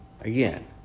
Again